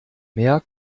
mehr